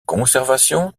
conservation